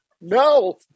No